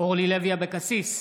אורלי לוי אבקסיס,